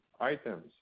items